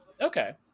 okay